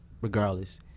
regardless